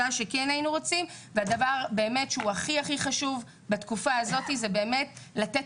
הדבר שהוא הכי חשוב בתקופה הזאת זה לתת